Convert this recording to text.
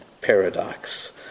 paradox